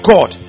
God